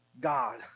God